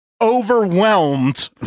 overwhelmed